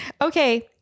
Okay